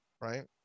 right